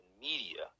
media